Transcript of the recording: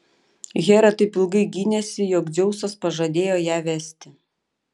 hera taip ilgai gynėsi jog dzeusas pažadėjo ją vesti